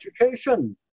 education